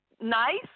nice